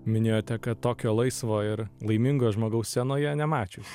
minėjote kad tokio laisvo ir laimingo žmogaus scenoje nemačius